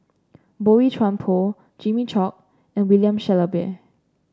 Boey Chuan Poh Jimmy Chok and William Shellabear